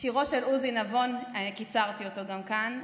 שירו של עוזי נבון, קיצרתי אותו גם כאן: